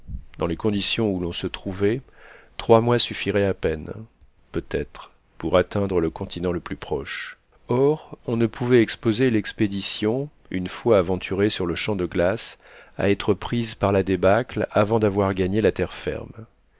dans les conditions où l'on se trouvait trois mois suffiraient à peine peut-être pour atteindre le continent le plus proche or on ne pouvait exposer l'expédition une fois aventurée sur le champ de glace à être prise par la débâcle avant d'avoir gagné la terre ferme